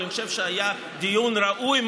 אבל אני חושב שהיה דיון ראוי,